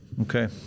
okay